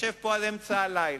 ונשב פה עד אמצע הלילה